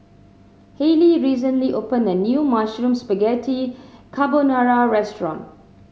Hayley recently opened a new Mushroom Spaghetti Carbonara Restaurant